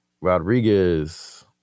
Rodriguez